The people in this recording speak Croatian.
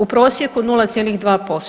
U prosjeku 0,2%